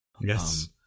Yes